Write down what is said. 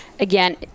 Again